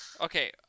Okay